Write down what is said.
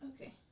Okay